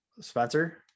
Spencer